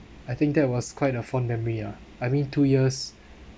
I think that was quite a fond memory ah I mean two years